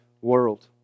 world